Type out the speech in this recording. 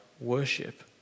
worship